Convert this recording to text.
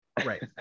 Right